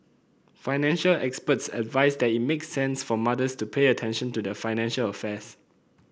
financial experts advise that it makes sense for mothers to pay attention to their financial affairs